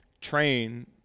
train